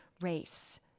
race